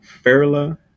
Farla